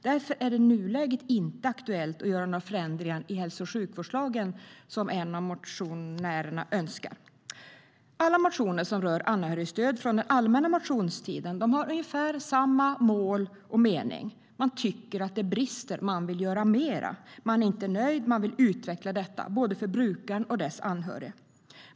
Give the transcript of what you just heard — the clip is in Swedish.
Därför är det i nuläget inte aktuellt att göra några förändringar i hälso och sjukvårdslagen, som en av motionärerna föreslår. Alla motioner som rör anhörigstöd från den allmänna motionstiden har ungefär samma mål och mening. Man tycker att det brister, så man vill göra mer. Man är inte nöjd och man vill att stödet ska utvecklas både för brukaren och för dess anhöriga.